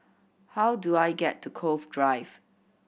how do I get to Cove Drive